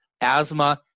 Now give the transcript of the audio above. asthma